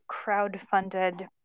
crowdfunded